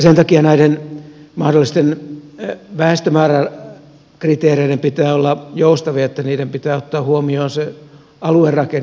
sen takia näiden mahdollisten väestömääräkriteereiden pitää olla joustavia että niiden pitää ottaa huomioon se aluerakenne